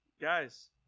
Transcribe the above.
Guys